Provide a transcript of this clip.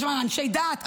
יש שם אנשי דעת,